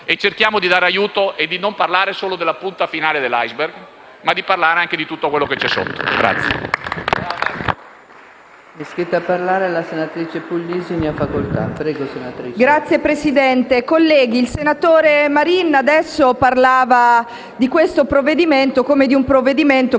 e cerchiamo di dare aiuto e di non parlare solo della punta finale dell'*iceberg,* ma anche di tutto quello che c'è sotto.